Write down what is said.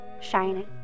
shining